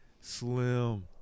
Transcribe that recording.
Slim